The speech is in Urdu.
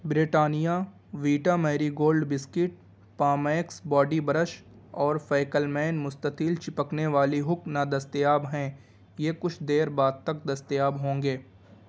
Britannia Vita Marie Gold biscuit پامیکس باڈی برش اور فیکلمین مستطیل چپکنے والی ہک نا دستیاب ہیں یہ کچھ دیر بعد تک دستیاب ہوں گے